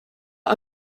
saw